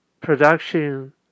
production